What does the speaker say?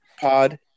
Pod